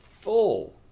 full